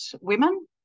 women